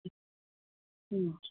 ꯎꯝ